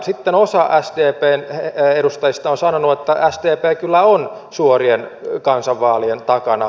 sitten osa sdpn edustajista on sanonut että sdp kyllä on suorien kansanvaalien takana